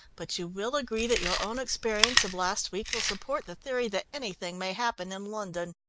but you will agree that your own experience of last week will support the theory that anything may happen in london.